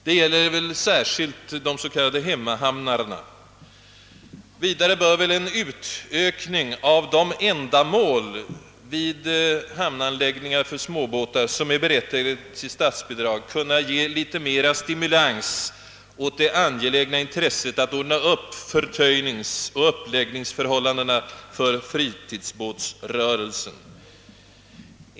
Det gäller väl särskilt de s.k. hemmahamnarna. En utökning av de ändamål vid hamnanläggningar för småbåtar som är berättigade till statsbidrag borde kunna ge mera stimulans åt det angelägna intresset att ordna förtöjningsoch uppläggningsförhållandena för fritidsbåtrörelsen.